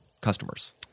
customers